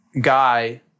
guy